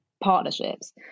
partnerships